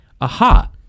aha